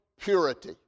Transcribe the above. purity